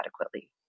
adequately